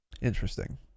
interesting